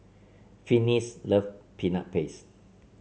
Finis love Peanut Paste